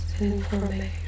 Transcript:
information